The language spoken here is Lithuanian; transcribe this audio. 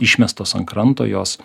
išmestos ant kranto jos